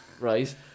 Right